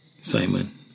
Simon